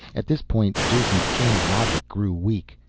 at this point jason's chain of logic grew weak.